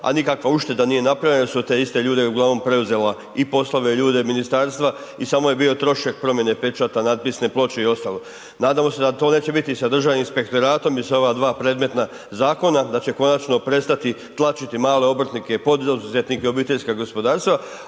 a nikakva ušteda nije napravljena nego su te iste ljude uglavnom preuzela i poslove ljudi ministarstva i samo je bio trošak promjene pečata, natpisne ploče i ostalo. Nadamo se da to neće biti i sa Državnim inspektoratom i sa ova dva predmetna zakona, da će konačno prestati tčačiti male obrtnike i poduzetnike, OPG-e a da